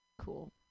Cool